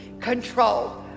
control